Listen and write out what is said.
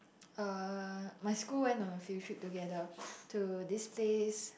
uh my school went on a field trip together to this place